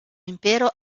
impero